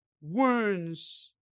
wounds